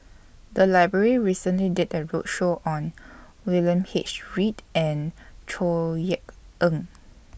The Library recently did A roadshow on William H Read and Chor Yeok Eng